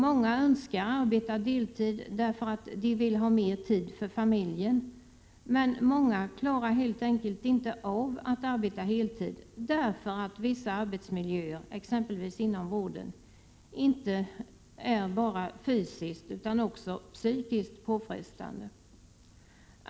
Många önskar arbeta deltid därför att de vill ha mer tid för familjen — men många klarar helt enkelt inte av att arbeta heltid därför att vissa arbetsmiljöer, exempelvis inom vården, är inte bara fysiskt utan också psykiskt påfrestande.